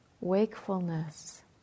wakefulness